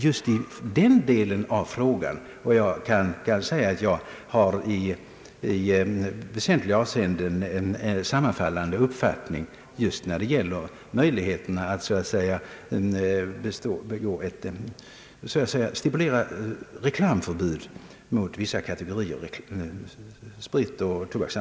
Jag har i väsentliga avseenden en sammanfallande uppfattning när det gäller möjligheterna att stipulera förbud mot reklam för sprit och tobak.